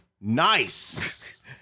Nice